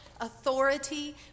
authority